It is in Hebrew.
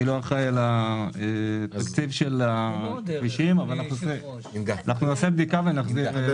אני לא אחראי על התקציב של הכבישים אבל אנחנו נעשה בדיקה ונחזיר תשובה.